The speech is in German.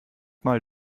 mal